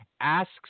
Asks